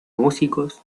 músicos